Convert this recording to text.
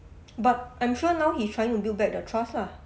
but I'm sure now he is trying to build back the trust lah